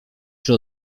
czy